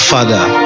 Father